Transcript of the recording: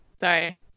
Sorry